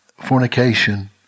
fornication